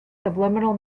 subliminal